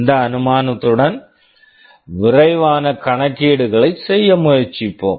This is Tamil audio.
இந்த அனுமானத்துடன் விரைவான கணக்கீடுகளை செய்ய முயற்சிப்போம்